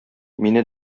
мине